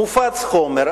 מופץ חומר,